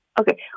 Okay